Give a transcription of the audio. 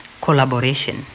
collaboration